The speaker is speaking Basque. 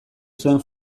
zuen